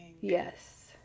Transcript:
Yes